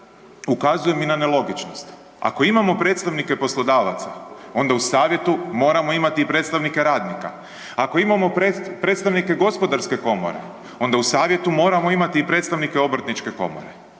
ukazujem i na nelogičnost. Ako imamo predstavnike poslodavaca, onda u savjetu moramo imati predstavnike radnika. Ako imamo predstavnike Gospodarske komore, onda u savjetu moramo imati i predstavnike Obrtničke komore.